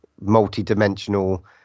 multi-dimensional